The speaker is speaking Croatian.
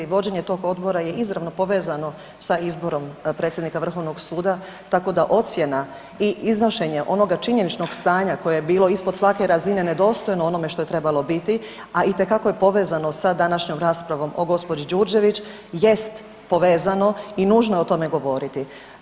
Vođenje tog Odbora je izravno povezano sa izborom predsjednika Vrhovnog suda, tako da ocjena i iznošenje onoga činjeničkog stanja koje je bilo ispod svake razine nedostojno onome što je trebalo biti, a itekako je povezano sa današnjom raspravom o gđi. Đurđević jest povezano i nužno je o tome govoriti.